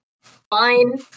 Fine